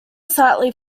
slightly